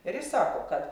ir jis sako kad